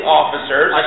officers